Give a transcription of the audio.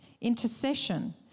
Intercession